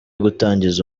gutangiza